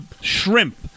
shrimp